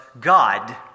God